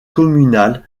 communales